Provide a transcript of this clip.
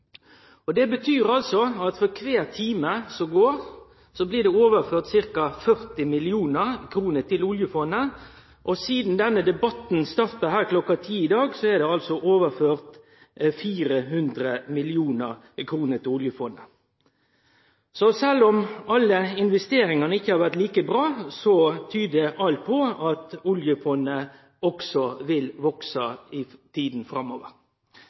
2011. Det betyr at for kvar time som går, blir det overført ca. 40 mill. kr til oljefondet. Sidan denne debatten starta her kl. 10 i dag, er det altså overført 400 mill. kr til oljefondet. Så sjølv om ikkje alle investeringane har vore like bra, tyder alt på at oljefondet også vil vekse i tida framover.